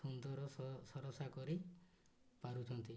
ସୁନ୍ଦର ସରସା କରି ପାରୁଛନ୍ତି